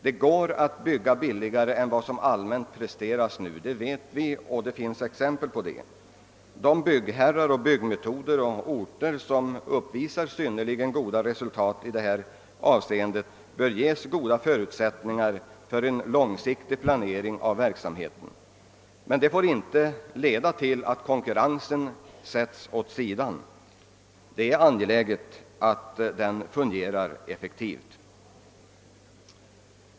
Det går att bygga billigare än vad som allmänt presteras nu — det vet vi och det finns exempel på det. De byggherrar och de orter som genom att tillämpa rationella metoder kan uppvisa goda resultat i detta avseende bör ges goda förutsättningar för en långsiktig planering av verksamheten. Men det får inte leda till att konkurrensen sättes åt sidan. Det är angeläget att den fungerar effektivt.